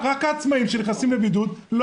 שעצמאים שנכנסים לבידוד,